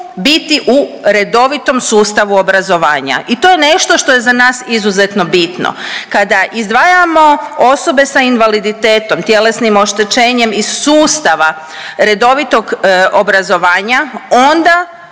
biti u redovitom sustavu obrazovanja i to je nešto što je za nas izuzetno bitno. Kada izdvajamo osobe sa invaliditetom i tjelesnim oštećenjem iz sustava redovitog obrazovanja onda